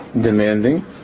demanding